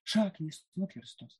šaknys nukirstos